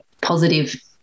positive